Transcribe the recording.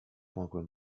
mogłem